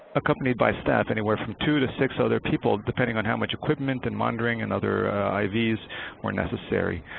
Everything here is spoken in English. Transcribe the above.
accompanied by staff anywhere from two to six other people depending on how much equipment and monitoring and other ivs were necessary.